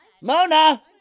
Mona